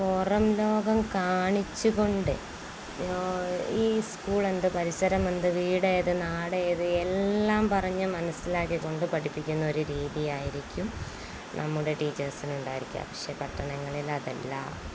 പുറംലോകം കാണിച്ചുകൊണ്ട് ഈ സ്കൂളെന്തു പരിസരം എന്ത് വീടേതു നാടേത് എല്ലാം പറഞ്ഞു മനസ്സിലാക്കിക്കൊണ്ട് പഠിപ്പിക്കുന്ന ഒരു രീതിയായിരിക്കും നമ്മുടെ ടീച്ചേഴ്സിനുണ്ടായിരിക്കുക പക്ഷെ പട്ടണങ്ങളിലതല്ല